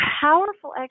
powerful